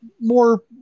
more